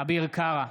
אביר קארה,